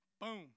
boom